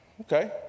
Okay